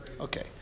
Okay